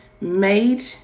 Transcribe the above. made